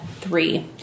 three